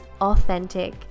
authentic